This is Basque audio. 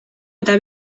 eta